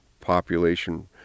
population